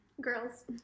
girls